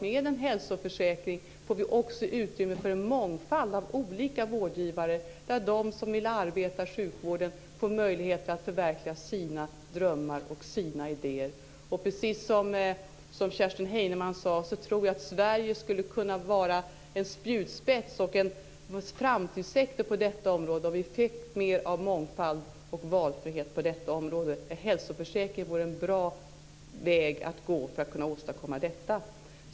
Med en hälsoförsäkring får vi också utrymme för en mångfald olika vårdgivare, där de som vill arbeta i sjukvården får möjligheter att förverkliga sina drömmar och sina idéer. Precis som Kerstin Heinemann sade tror jag att Sverige skulle kunna vara en spjutspets och göra detta till en framtidssektor. Det skulle vi kunna om vi fick mer av mångfald och valfrihet på detta område, där hälsoförsäkringen vore en bra väg att gå för att åstadkomma detta.